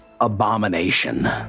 abomination